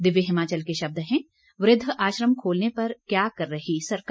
दिव्य हिमाचल के शब्द हैं वृद्ध आश्रम खोलने पर क्या कर रही सरकार